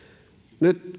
nyt